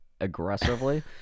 aggressively